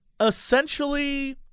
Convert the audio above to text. Essentially